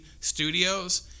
Studios